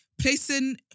Placing